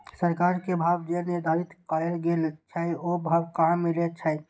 सरकार के भाव जे निर्धारित कायल गेल छै ओ भाव कहाँ मिले छै?